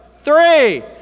three